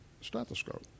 stethoscope